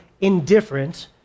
indifferent